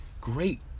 Great